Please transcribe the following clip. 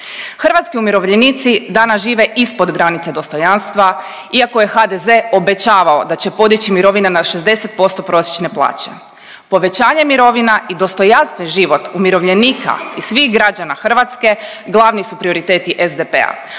Hrvatski umirovljenici danas žive ispod granice dostojanstva iako je HDZ obećavao da će podići mirovine na 60% prosječne plaće. Povećanje mirovina i dostojanstven život umirovljenika i svih građana Hrvatske glavni su prioriteti SDP-a,